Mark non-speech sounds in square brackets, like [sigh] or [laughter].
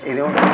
[unintelligible]